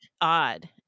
odd